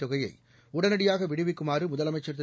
தொகையை உடனடியாக விடுவிக்குமாறு முதலமைச்சர் திரு